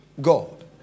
God